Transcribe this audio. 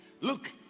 Look